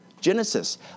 Genesis